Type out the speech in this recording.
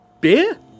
Beer